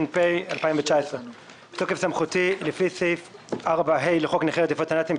התש"ף-2019 בתוקף סמכותי לפי סעיף 4ה לחוק נכי רדיפות הנאצים,